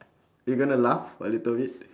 you're going to laugh a little bit